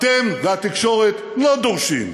אתם והתקשורת לא דורשים,